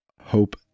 Hope